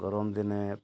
ଗରମ ଦିନେ